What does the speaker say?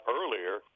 earlier